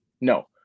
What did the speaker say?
No